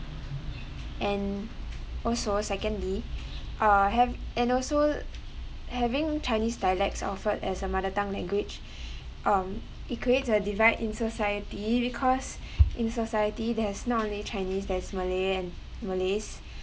and also secondly ah have and also having chinese dialects offered as a mother tongue language um it creates a divide in society because in society that has not only chinese there's malay and malays